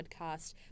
podcast